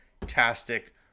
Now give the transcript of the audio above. fantastic